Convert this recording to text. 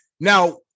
Now